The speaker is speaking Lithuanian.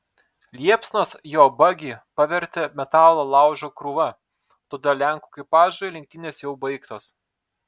liepsnos jo bagį pavertė metalo laužo krūva todėl lenkų ekipažui lenktynės jau baigtos